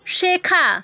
শেখা